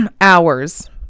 hours